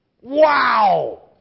Wow